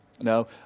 No